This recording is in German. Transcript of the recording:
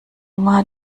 war